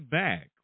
back